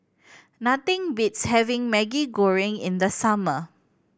nothing beats having Maggi Goreng in the summer